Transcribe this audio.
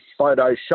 Photoshop